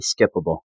skippable